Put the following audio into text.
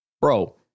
Bro